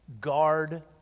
guard